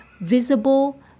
visible